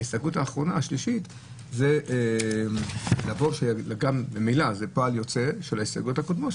ההסתייגות השלישית היא פועל יוצא של ההסתייגויות הקודמות,